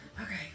Okay